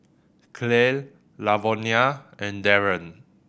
Clell Lavonia and Darren